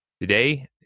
Today